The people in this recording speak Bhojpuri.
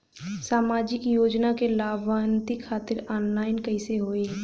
सामाजिक योजना क लाभान्वित खातिर ऑनलाइन कईसे होई?